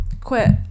quit